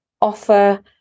offer